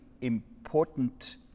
important